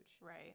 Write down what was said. Right